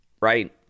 Right